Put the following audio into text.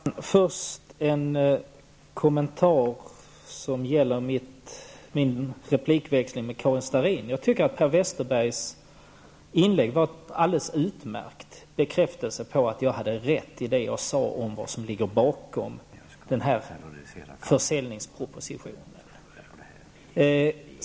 Herr talman! Först en kommentar som gäller min replikväxling med Karin Starrin. Jag tycker att Per Westerbergs inlägg var en alldeles utmärkt bekräftelse på att jag hade rätt i det jag sade om vad som ligger bakom försäljningspropositionen.